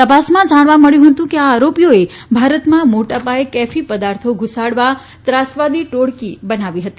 તપાસમાં જાણવા મળ્યું હતું કે આ આરોપીઓએ ભારતમાં મોટાપાયે કેફી પદાર્શો ધુસાડવા ત્રાસવાદી ટોળકી બનાવી હતી